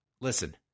Listen